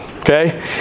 okay